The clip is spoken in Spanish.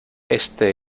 éste